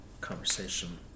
conversation